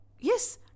yes